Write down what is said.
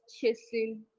chasing